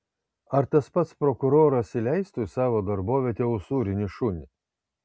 ar tas pats prokuroras įleistų į savo darbovietę usūrinį šunį